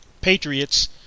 Patriots